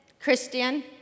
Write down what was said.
Christian